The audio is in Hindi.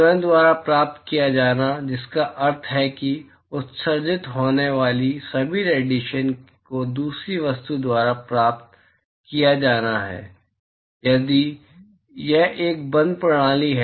स्वयं द्वारा प्राप्त किया जाना जिसका अर्थ है कि उत्सर्जित होने वाली सभी रेडिएशन को दूसरी वस्तु द्वारा प्राप्त किया जाना है यदि यह एक बंद प्रणाली है